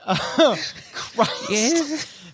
Christ